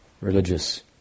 religious